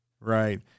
right